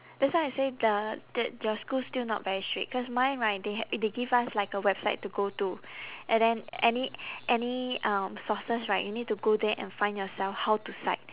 that's why I say the that your school still not very strict cause mine right they ha~ they give us like a website to go to and then any any um sources right you need to go there and find yourself how to cite